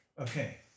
Okay